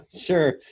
sure